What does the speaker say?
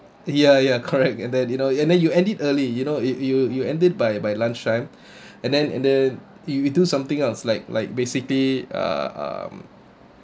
ya ya correct and then you know and then you end it early you know if you you end it by by lunchtime and then and then you do something else like like basically uh um